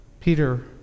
Peter